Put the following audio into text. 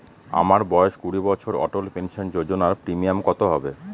আমার বয়স কুড়ি বছর অটল পেনসন যোজনার প্রিমিয়াম কত হবে?